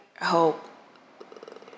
hope